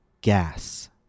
gas